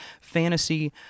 fantasy